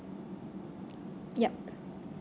yup